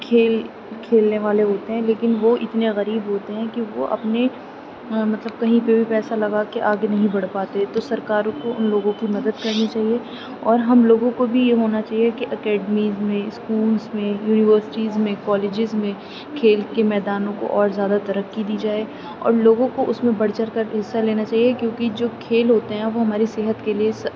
کھیل کھیلنے والے ہوتے ہیں لیکن وہ اتنے غریب ہوتے ہیں کہ وہ اپنے مطلب کہیں پہ بھی پیسہ لگا کے آگے نہیں بڑھ پاتے تو سرکار کو ان لوگوں کی مدد کرنی چاہیے اور ہم لوگوں کو بھی یہ ہونا چاہیے کہ اکیڈمیز میں اسکولز میں یونیورسٹیز میں کالجز میں کھیل کے میدانوں کو اور زیادہ ترقی دی جائے اور لوگوں کو اس میں بڑھ چڑھ کر حصہ لینا چاہیے کیونکہ جو کھیل ہوتے ہیں وہ ہماری صحت کے لیے